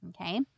Okay